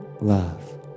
Love